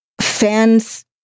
fans